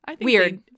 weird